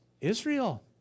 Israel